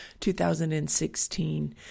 2016